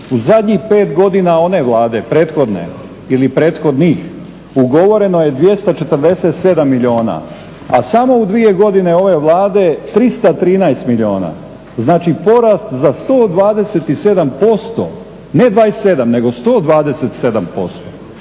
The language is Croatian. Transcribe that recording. u zadnjih pet godina one Vlade prethodne ili prethodnih ugovoreno je 247 milijuna, a samo u dvije godine ove Vlade 313 milijuna, znači porast za 127%, ne 27 nego 127%.